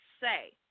Say